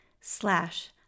slash